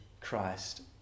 Christ